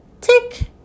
tick